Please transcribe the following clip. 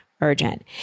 urgent